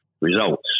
results